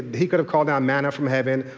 he could have called down manna from heaven.